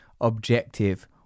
objective